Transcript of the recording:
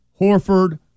Horford